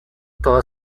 toda